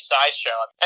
sideshow